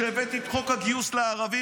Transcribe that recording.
כשהבאתי את חוק הגיוס לערבים,